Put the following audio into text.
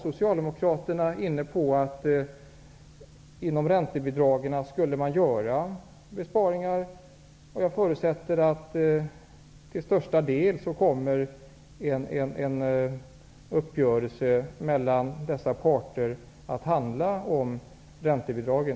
Socialdemokraterna inne på att man skulle göra besparingar inom räntebidragen. Jag förutsätter att en uppgörelse mellan dessa parter till största delen kommer att handla om räntebidragen.